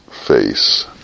face